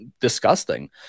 disgusting